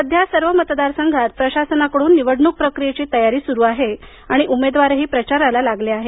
सध्या सर्व मतदारसंघात प्रशासनाकडून निवडणुक प्रक्रीयेची तयारी सुरू आहे आणि उमेदवारही प्रचाराला लागले आहेत